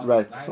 Right